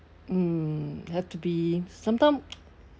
mm have to be sometime